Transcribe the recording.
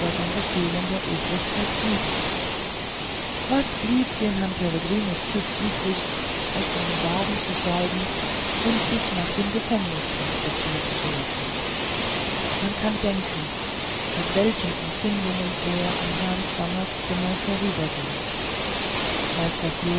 den befehlen der obrigkeit fügen was blieb dem herrn peregrinus tyß übrig als in den wagen zu steigen und sich nach dem gefängnis transportieren zu lassen man kann denken mit welchen empfindungen er an herrn swammers zimmer vorüberging meister floh